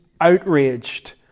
outraged